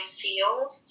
field